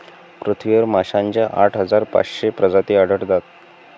पृथ्वीवर माशांच्या आठ हजार पाचशे प्रजाती आढळतात